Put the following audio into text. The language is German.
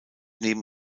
neben